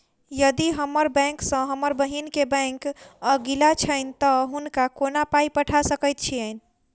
यदि हम्मर बैंक सँ हम बहिन केँ बैंक अगिला छैन तऽ हुनका कोना पाई पठा सकैत छीयैन?